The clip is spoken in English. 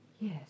Yes